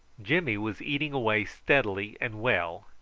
jimmy was eating away steadily and well,